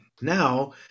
now